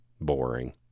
boring